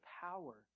power